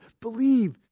believe